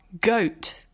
GOAT